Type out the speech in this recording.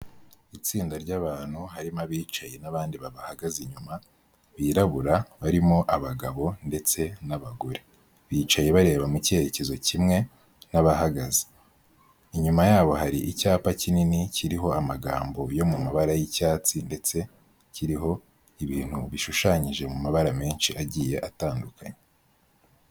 Itsinda ry'bantu harimo abicaye n'bandi babahagaze inyuma birabura barimo abagabo ndetse n'abagore, bicaye bareba mu cyerekezo kimwe n'abahagaze, inyuma yabo hari icyapa kinini kiriho amagambo yo mu mabara y'icyatsi ndetse kiriho ibintu bishushanyije mu mabara menshi agiye atandukanye.